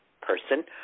person